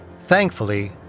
Thankfully